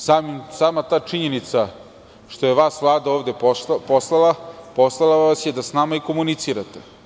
Sama ta činjenica što je vas Vlada ovde poslala, poslala vas je da s nama i komunicirate.